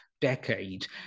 decade